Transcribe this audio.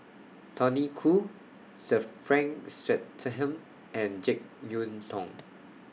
Tony Khoo Sir Frank Swettenham and Jek Yeun Thong